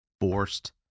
forced